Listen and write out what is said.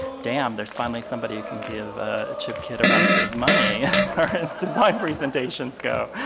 damn, there is finally somebody who can give ah chip kidd a run for his money as design presentations go.